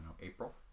April